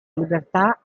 libertà